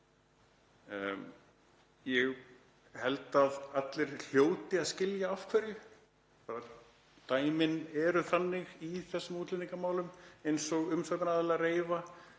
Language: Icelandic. Ég held að allir hljóti að skilja af hverju, dæmin eru þannig í þessum útlendingamálum, eins og umsagnaraðilar reifa,